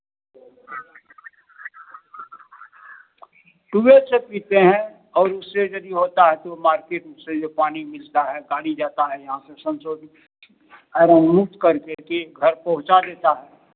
शुरु से पीते हैं और उससे यदि होता है तो मार्केट उससे जो पानी मिलता है गाड़ी जाता है यहाँ से संतोष आइरन मुक्त कर करके घर पहुँचा देता है